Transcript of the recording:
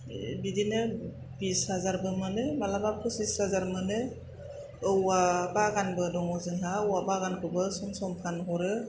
बिदिनो बिस हाजारबो मोनो मालाबा फसिस हाजार मोनो औवा बागानबो दङ जोंहा औवा बागानखौबो सम सम फानहरो